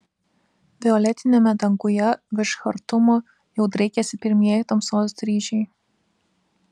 violetiniame danguje virš chartumo jau draikėsi pirmieji tamsos dryžiai